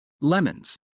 lemons